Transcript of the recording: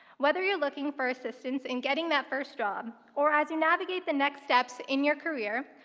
whether you're looking for assistance in getting that first job, or as you navigate the next steps in your career,